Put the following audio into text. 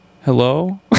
Hello